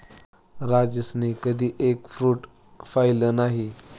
राजेशने कधी egg fruit पाहिलं नाही